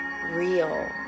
real